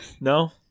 No